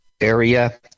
area